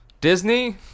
Disney